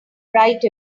right